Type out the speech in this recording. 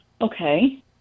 Okay